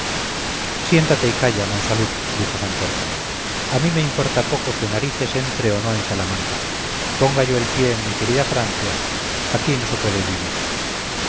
siéntate y calla monsalud dijo santorcaz a mí me importa poco que narices entre o no en salamanca ponga yo el pie en mi querida francia aquí no se puede vivir